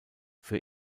für